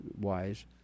wise